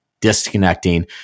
disconnecting